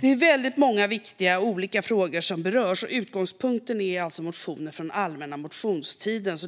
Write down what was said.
Det är väldigt många viktiga olika frågor som berörs, och utgångspunkten är motioner från allmänna motionstiden.